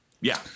yeah-